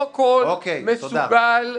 אותו קול מסוגל לייצר שינוי בחברה.